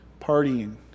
partying